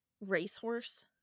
racehorse